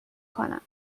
کنم